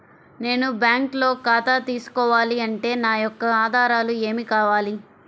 నేను బ్యాంకులో ఖాతా తీసుకోవాలి అంటే నా యొక్క ఆధారాలు ఏమి కావాలి?